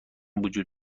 وجود